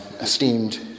esteemed